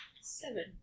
Seven